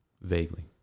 Vaguely